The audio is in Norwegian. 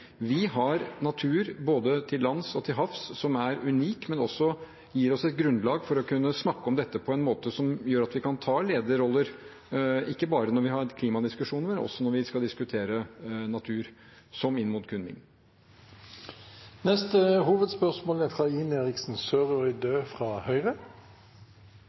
Vi har natur både til lands og til havs som er unik, men som også gir oss et grunnlag for å kunne snakke om dette på en måte som gjør at vi kan ta lederroller ikke bare når vi har klimadiskusjoner, men også når vi skal diskutere natur, som inn mot